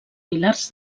pilars